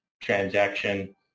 transaction